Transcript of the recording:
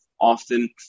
often